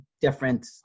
different